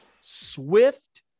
Swift